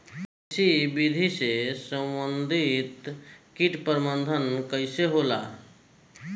कृषि विधि से समन्वित कीट प्रबंधन कइसे होला?